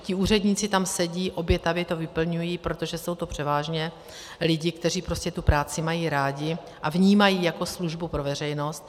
Ti úředníci tam sedí, obětavě to vyplňují, protože jsou to převážně lidé, kteří prostě tu práci mají rádi a vnímají ji jako službu pro veřejnost.